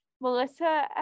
Melissa